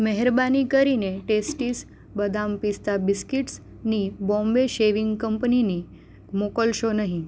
મહેરબાની કરીને ટેસ્ટીસ બદામ પિસ્તા બિસ્કીટ્સની બોમ્બે શેવિંગ કંપનીની મોકલશો નહીં